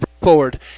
forward